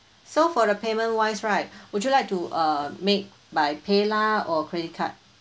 so for the payment wise right would you like to uh make by paylah or credit card